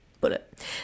bullet